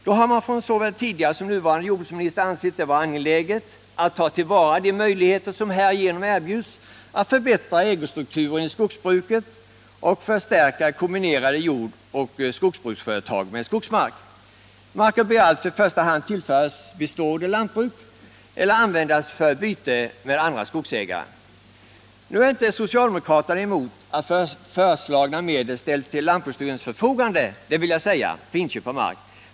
Såväl den tidigare som den nuvarande jordbruksministern har ansett det vara angeläget att ta till vara de möjligheter som härigenom erbjuds att förbättra ägostrukturen i skogsbruket och förstärka kombinerade jordoch skogsbruksföretag med skogsmark. Marken bör alltså i första hand tillföras bestående lantbruk eller användas för byte med andra skogsägare. Nu är inte socialdemokraterna emot att föreslagna medel ställs till lantbruksstyrelsens förfogande för inköp av mark.